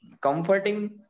comforting